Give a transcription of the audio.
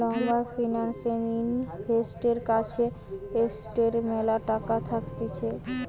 লম্বা ফিন্যান্স ইনভেস্টরের কাছে এসেটের ম্যালা টাকা থাকতিছে